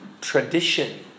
tradition